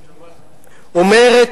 אומרת,